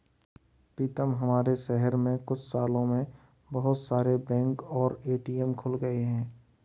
पीतम हमारे शहर में कुछ सालों में बहुत सारे बैंक और ए.टी.एम खुल गए हैं